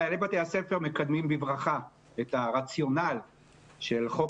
מנהלי בתי הספר מקדמים בברכה את הרציונל של חוק